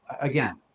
again